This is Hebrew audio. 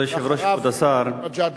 ואחריו מג'אדלה.